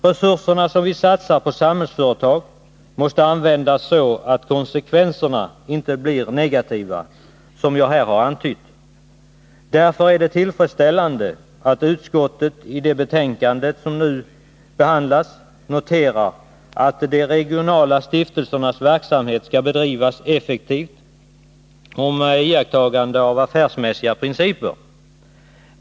Resurserna som vi satsar på Samhällsföretag måste användas så att konsekvenserna inte blir så negativa som jag här har antytt. Det är därför tillfredsställande att utskottet i det betänkande som nu behandlas noterar att de regionala stiftelsernas verksamhet skall bedrivas effektivt och med iakttagande av affärsmässiga principer.